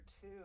two